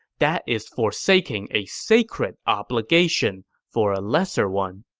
that is forsaking a sacred obligation for a lesser one.